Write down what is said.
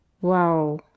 Wow